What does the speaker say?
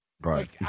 Right